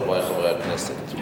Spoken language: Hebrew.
חברי חברי הכנסת,